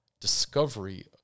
Discovery